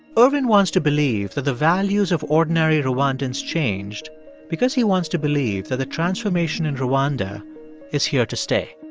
ervin wants to believe that the values of ordinary rwandans changed because he wants to believe that the transformation in rwanda is here to stay.